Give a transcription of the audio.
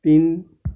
तिन